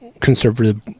conservative